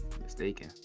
mistaken